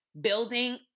building